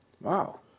Wow